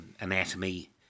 anatomy